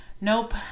Nope